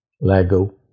Lego